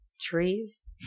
trees